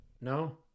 No